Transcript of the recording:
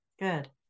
good